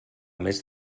més